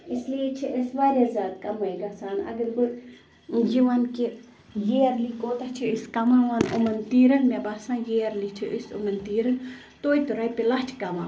اِسلیے چھِ أسۍ واریاہ زیادٕ کَمٲے گژھان اَگر بہٕ یہِ وَنہٕ کہِ یِرلی کوتاہ چھِ أسۍ کَماوان یِمَن تیٖرَن مےٚ باسان یِرلی چھِ أسۍ یِمَن تیٖرَن توتہِ رۄپیہِ لَچھ کَماوان